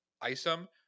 Isom